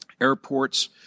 airports